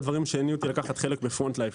הדברים שהניעו אותי לקחת חלק בפרונט לייף,